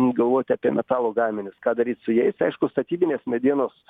galvoti apie metalo gaminius ką daryt su jais aišku statybinės medienos